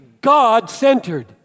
God-centered